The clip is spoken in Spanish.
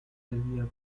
debía